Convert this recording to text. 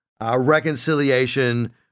reconciliation